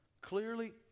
Clearly